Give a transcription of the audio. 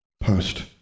Post